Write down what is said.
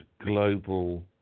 global